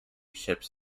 ships